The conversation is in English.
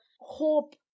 hope